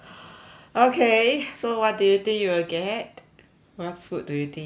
okay so what do you think you will get what food do you think you will get